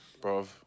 bro